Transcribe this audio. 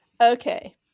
okay